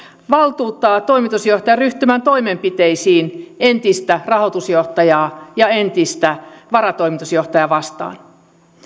valtuuttaa toimitusjohtajan ryhtymään toimenpiteisiin entistä rahoitusjohtajaa ja entistä varatoimitusjohtajaa vastaan